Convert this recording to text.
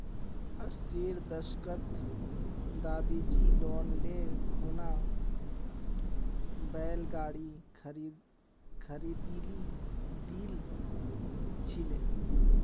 अस्सीर दशकत दादीजी लोन ले खूना बैल गाड़ी खरीदिल छिले